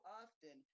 often